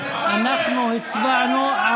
אתם הצבעתם,